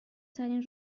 ترین